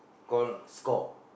call score